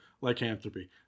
lycanthropy